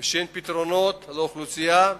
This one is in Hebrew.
ועם פתרונות לאוכלוסייה.